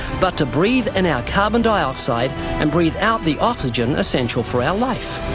but to breathe in our carbon dioxide and breathe out the oxygen essential for our life.